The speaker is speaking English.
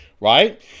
right